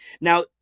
Now